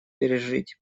пережить